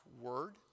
word